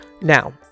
Now